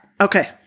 Okay